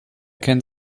kennt